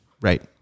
Right